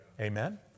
Amen